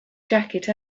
jacket